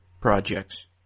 projects